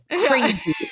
crazy